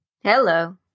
Hello